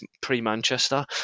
pre-Manchester